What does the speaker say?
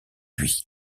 lui